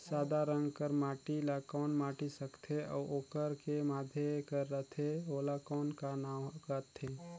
सादा रंग कर माटी ला कौन माटी सकथे अउ ओकर के माधे कर रथे ओला कौन का नाव काथे?